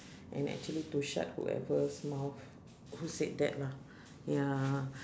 and actually to shut whoever mouth who said that lah ya